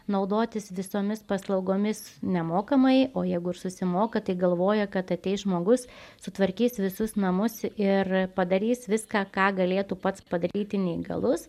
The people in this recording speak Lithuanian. naudotis visomis paslaugomis nemokamai o jeigu ir susimoka tai galvoja kad ateis žmogus sutvarkys visus namus ir padarys viską ką galėtų pats padaryti neįgalus